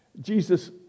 Jesus